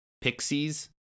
pixies